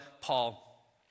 Paul